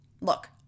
Look